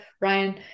Ryan